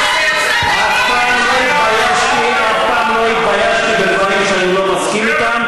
אף פעם לא התביישתי בדברים שאני לא מסכים אתם,